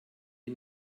die